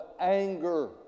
anger